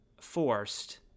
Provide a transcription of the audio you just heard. forced